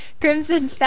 Crimson